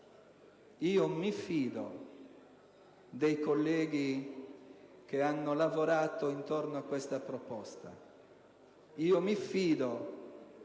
Io mi fido dei colleghi che hanno lavorato a questa proposta. Io mi fido del